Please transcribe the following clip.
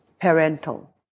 parental